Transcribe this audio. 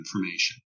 information